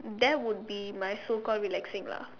that would be my so called relaxing lah